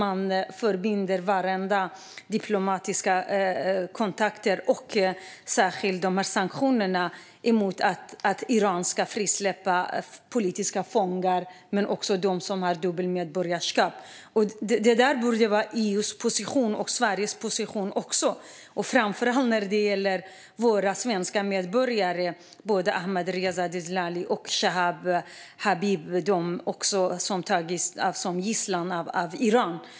Man förbinder de diplomatiska kontakterna och särskilt sanktionerna med att Iran ska frisläppa politiska fångar men också de fångar som har dubbelt medborgarskap. Det borde vara EU:s position och också Sveriges position, framför allt när det gäller våra svenska medborgare. Både Ahmadreza Djalali och Habib Chaab har tagits som gisslan av Iran.